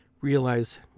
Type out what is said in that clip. realize